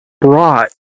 brought